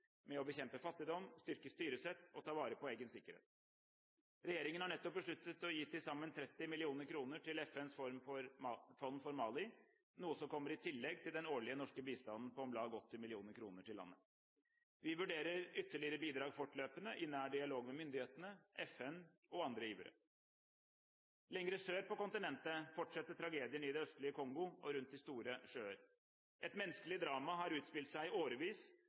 med å bekjempe fattigdom, styrke styresett og ta vare på egen sikkerhet. Regjeringen har nettopp besluttet å gi til sammen 30 mill. kr til FNs fond for Mali, noe som kommer i tillegg til den årlige norske bistanden på om lag 80 mill. kr til landet. Vi vurderer ytterligere bidrag fortløpende i nær dialog med myndighetene, FN og andre givere. Lenger sør på kontinentet fortsetter tragedien i det østlige Kongo og rundt de store sjøer. Et menneskelig drama har utspilt seg i årevis,